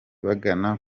bagana